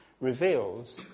reveals